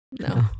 no